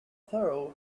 thorough